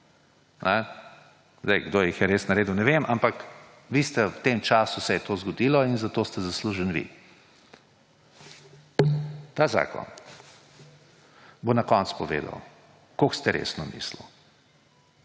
Kdo jih je res naredil, ne vem, ampak v tem času se je to zgodilo in zato ste zaslužni vi. Ta zakon bo na koncu povedal, koliko ste resno mislili.